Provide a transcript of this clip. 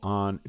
on